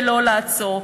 ולא לעצור.